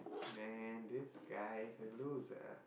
man this guy is a loser